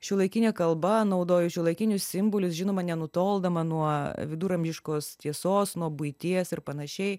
šiuolaikine kalba naudoju šiuolaikinius simbolius žinoma nenutoldama nuo viduramžiškos tiesos nuo buities ir panašiai